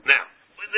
Now